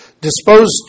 disposed